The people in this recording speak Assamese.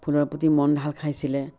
ফুলৰ প্ৰতি মন ঢাল খাইছিলে